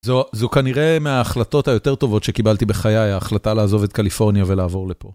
זו כנראה מההחלטות היותר טובות שקיבלתי בחיי, ההחלטה לעזוב את קליפורניה ולעבור לפה.